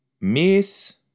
miss